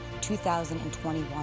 2021